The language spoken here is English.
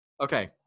Okay